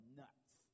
nuts